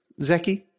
Zeki